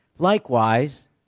Likewise